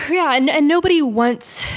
yeah and and nobody wants,